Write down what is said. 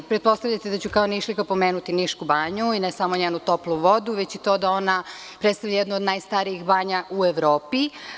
Pretpostavljate da ću kao Nišlijka pomenuti Nišku banju i ne samo njenu toplu vodu, već i to da ona predstavlja jednu od najstarijih banja u Evropi.